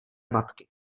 matky